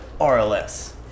RLS